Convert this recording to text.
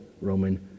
Roman